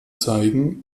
zeigen